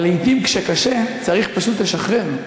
אבל לעתים כשקשה צריך פשוט לשחרר.